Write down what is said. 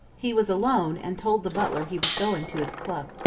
he was alone, and told the butler he was going to his club.